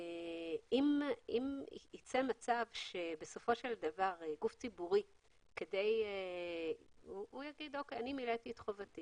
אם יצא מצב שבסופו של דבר גוף ציבורי יגיד שהוא מילא את חובת,